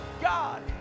God